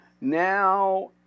Now